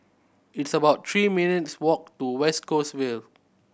it's about three minutes' walk to West Coast Vale